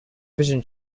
vision